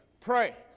pray